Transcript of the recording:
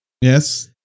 Yes